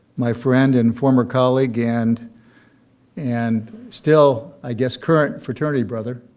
my friend and former colleague and and still i guess current fraternity brother.